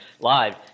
live